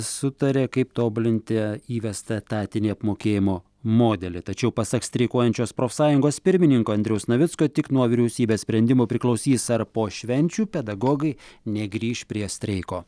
sutarė kaip tobulinti įvestą etatinį apmokėjimo modelį tačiau pasak streikuojančios profsąjungos pirmininko andriaus navicko tik nuo vyriausybės sprendimų priklausys ar po švenčių pedagogai negrįš prie streiko